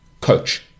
Coach